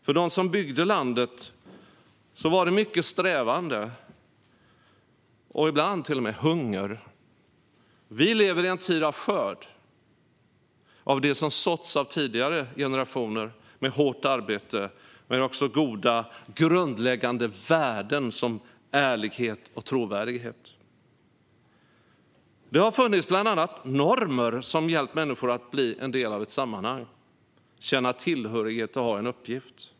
För dem som byggde landet var det mycket strävande och ibland till och med hunger. Vi lever i en tid av skörd av det som såtts av tidigare generationer med hårt arbete men också goda grundläggande värden som ärlighet och trovärdighet. Det har bland annat funnits normer som har hjälpt människor att bli en del av ett sammanhang, känna tillhörighet och ha en uppgift.